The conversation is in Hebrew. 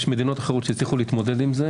יש מדינות אחרות שהצליחו להתמודד עם זה,